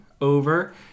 over